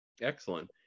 Excellent